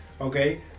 okay